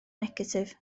negatif